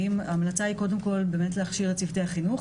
ההמלצה היא קודם כל באמת להכשיר את צוותי החינוך,